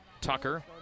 Tucker